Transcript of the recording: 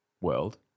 world